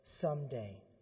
someday